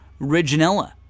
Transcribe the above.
Reginella